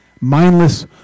mindless